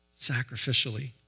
sacrificially